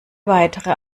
weitere